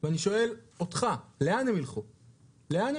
לאן הם